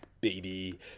baby